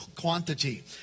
quantity